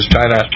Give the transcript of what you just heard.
China